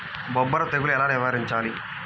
బొబ్బర తెగులు ఎలా నివారించాలి?